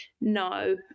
no